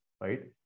right